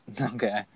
Okay